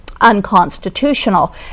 unconstitutional